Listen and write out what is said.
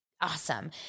awesome